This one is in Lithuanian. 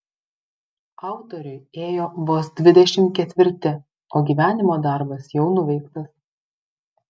autoriui ėjo vos dvidešimt ketvirti o gyvenimo darbas jau nuveiktas